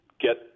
get